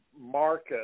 market